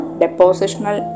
depositional